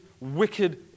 wicked